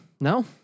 No